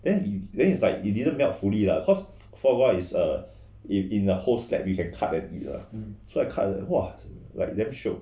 then then it's like it didn't melt fully lah cause foie gras is oa in a whole flating you can cut and it ah so I cut and !whoa! damm shiok